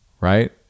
Right